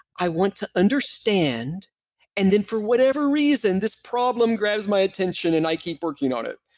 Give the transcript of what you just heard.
i want to understand and then for whatever reason, this problem grabs my attention and i keep working on it.